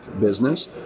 business